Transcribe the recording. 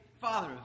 father